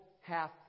half